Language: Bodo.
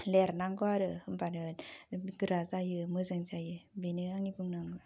लेरनांगौ आरो होनबानो गोरा जायो मोजां जायो बेनो आंनि बुंनांगौवा